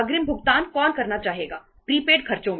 अग्रिम भुगतान कौन करना चाहेगा प्रीपेड खर्चों में